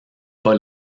pas